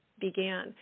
began